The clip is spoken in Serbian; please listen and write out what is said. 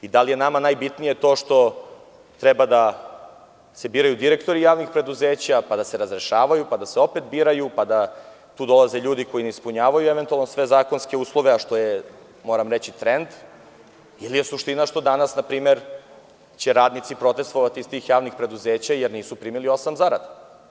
Da li je nama najbitnije to što treba da se biraju direktori javnih preduzeća, pa da se razrešavaju, pa da se opet biraju, pa da tu dolaze ljudi koji ne ispunjavaju eventualno sve zakonske uslove, a što je moram reći trend, ili je suština što danas, npr, će radnici protestovati iz tih javnih preduzeća jer nisu primili osam zarada?